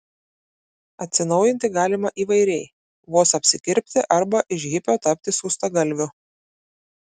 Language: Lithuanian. atsinaujinti galima įvairiai vos apsikirpti arba iš hipio tapti skustagalviu